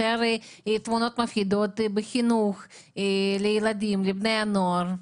יותר תמונות מפחידות בחינוך לילדים ובני נוער.